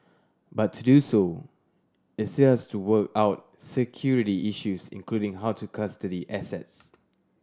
but to do so it still has to work out security issues including how to custody assets